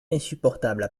insupportables